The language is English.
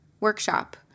Workshop